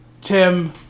Tim